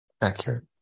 accurate